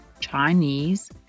Chinese